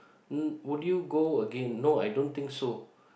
n~ would you go again no I don't think so